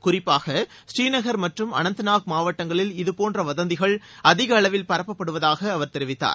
குறிப்பாக ஸ்ரீநகர் மற்றும் அனந்தநாக் மாவட்டங்களில் இதுபோன்ற வதந்திகள் அதிக அளவில் பரப்பப்படுவதாக அவர் தெரிவித்தார்